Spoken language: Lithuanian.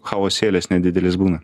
chaosėlis nedidelis būna